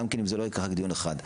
גם אם זה לא ייקח דיון אחד.